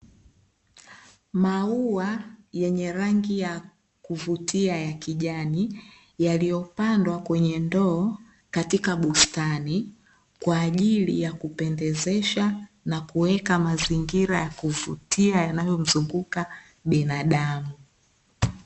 Maua yenye rangi ya kuvutia ya kijani yaliyopandwa kwenye ndoo katika bustani, kwa ajili ya kupendezesha na kuweka mazingira ya kuvutia yanayomzunguka binadamu.